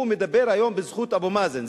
הוא מדבר היום בזכות אבו מאזן.